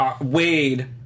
Wade